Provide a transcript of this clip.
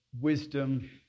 wisdom